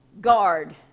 guard